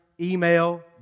email